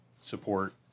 support